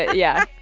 yeah.